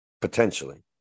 potentially